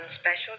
special